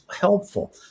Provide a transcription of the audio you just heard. helpful